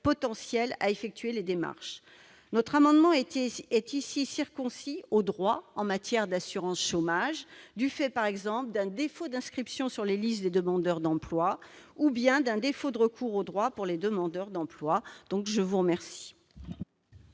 potentiels à effectuer les démarches. Notre amendement, circonscrit aux droits en matière d'assurance chômage, vise, par exemple, un défaut d'inscription sur les listes des demandeurs d'emploi ou bien de recours aux droits par les demandeurs d'emploi. Quel est l'avis